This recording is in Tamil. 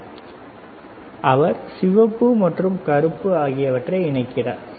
எனவே அவர் சிவப்பு மற்றும் கருப்பு ஆகியவற்றை இணைக்கிறார் சரி